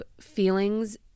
feelings